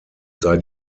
sei